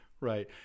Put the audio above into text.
Right